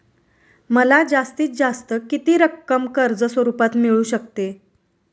मला जास्तीत जास्त किती रक्कम कर्ज स्वरूपात मिळू शकते?